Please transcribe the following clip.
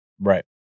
Right